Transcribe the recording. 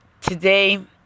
today